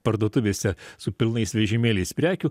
parduotuvėse su pilnais vežimėliais prekių